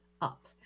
up